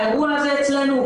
האירוע הזה אצלנו,